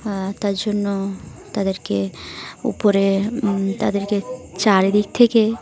তার জন্য তাদেরকে উপরে তাদেরকে চারিদিক থেকে